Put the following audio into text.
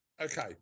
Okay